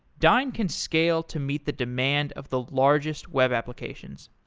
dyn can scale to meet the demand of the largest web applications.